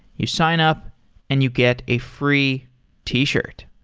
you sign up and you get a free t-shirt.